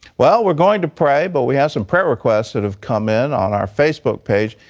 well, we're going to pray, but we have some prayer requests that have come in on our facebook page.